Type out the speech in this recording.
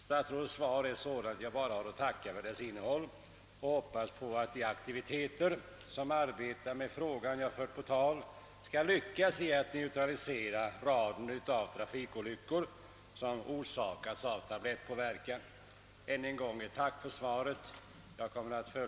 Statsrådets svar är sådant att jag bara har att tacka för innehållet i detsamma, och jag hoppas att de som arbetar med den fråga jag fört på tal skall lyckas med att minska antalet trafikolyckor som orsakas av tablettpåverkan. Jag kommer framdeles att följa denna fråga med stort intresse.